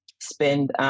spend